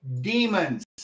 demons